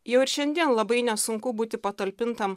jau ir šiandien labai nesunku būti patalpintam